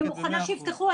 אני מוכנה שיפתחו.